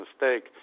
mistake